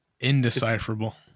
indecipherable